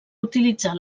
utilitzar